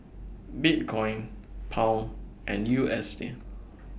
Bitcoin Pound and U S D